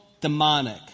demonic